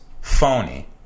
phony